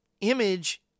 Image